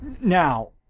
Now